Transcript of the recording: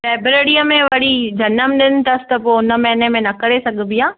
फेबरवरीअ में वरी जन्मदिनु अथसि त पोइ हुन महिने में न करे सघिबी आहे